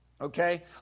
Okay